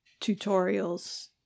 tutorials